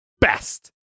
best